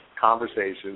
conversations